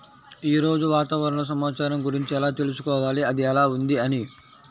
ఈరోజు వాతావరణ సమాచారం గురించి ఎలా తెలుసుకోవాలి అది ఎలా ఉంది అని?